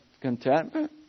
contentment